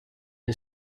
the